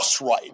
right